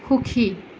সুখী